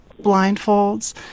blindfolds